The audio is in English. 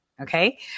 Okay